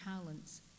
talents